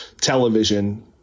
television